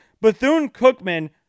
Bethune-Cookman